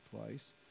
place